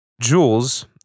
Jules